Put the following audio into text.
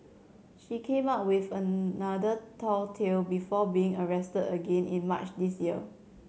she came up with another tall tale before being arrested again in March this year